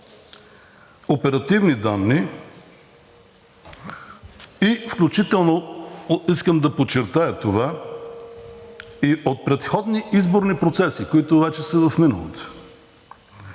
оперативни данни, включително искам да подчертая това, и от предходни изборни процеси, които вече са в миналото,